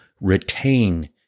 retain